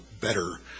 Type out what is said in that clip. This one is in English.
better